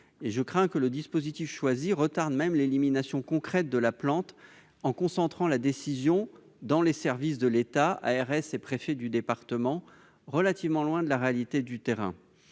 Je crains même que le dispositif choisi ne retarde l'élimination concrète de la plante en concentrant la décision dans les services de l'État- ARS et préfet de département -, relativement éloignés de la réalité du terrain.